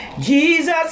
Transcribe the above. Jesus